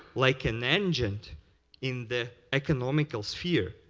like, an engine in the economical sphere.